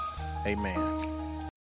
amen